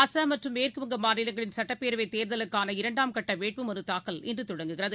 அசாம் மற்றும் மேற்குவங்க மாநிலங்களின் சட்டப்பேரவைத் தேர்தலுக்கான இரண்டாம் கட்ட வேட்புமனு தாக்கல் இன்று தொடங்குகிறது